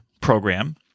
program